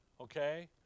Okay